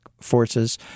forces